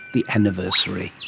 the anniversary.